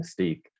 mystique